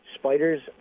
Spider's